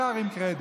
והשאר עם קרדיט.